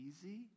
easy